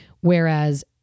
Whereas